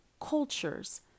cultures